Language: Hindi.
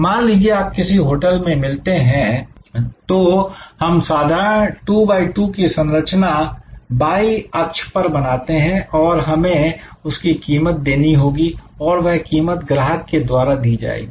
मान लीजिए आप किसी होटल में मिलते हैं तो हम साधारण 2 बाई 2 की संरचना वाई अक्ष पर बनाते हैं और हमें उसकी कीमत देनी होगी और वह कीमत ग्राहक के द्वारा दी जाएगी